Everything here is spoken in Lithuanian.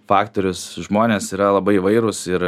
faktorius žmonės yra labai įvairūs ir